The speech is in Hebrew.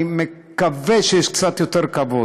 אני מקווה שיש קצת יותר כבוד.